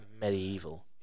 medieval